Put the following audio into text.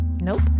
Nope